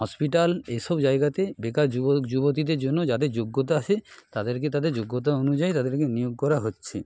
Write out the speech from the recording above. hospital এইসব জায়গাতে বেকার যুবক যুবতীদের জন্য যাদের যোগ্যতা আছে তাদেরকে তাদের যোগ্যতা অনুযায়ী তাদেরকে নিয়োগ করা হচ্ছে